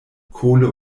kohle